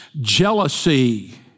jealousy